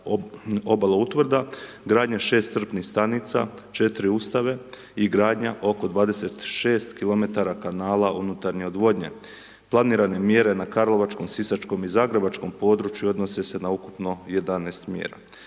obaloutvrda, gradnja 6 crpnih stanica, 4 ustave i gradnja oko 26 km kanala unutarnje odvodnje. Planirane mjere na karlovačkom, sisačkom i zagrebačkom području odnose se na ukupno 11 mjera.